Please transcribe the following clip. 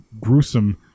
gruesome